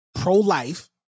pro-life